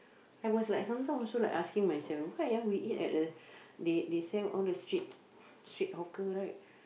I was like sometimes I also like asking myself you know why ah we eat at the they they sell all the street street hawker right